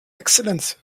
exzellenz